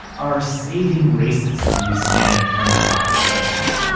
are saving graces when we stand in front of god's judgment.